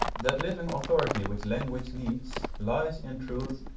that living authority which language needs lies, in truth,